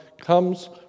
comes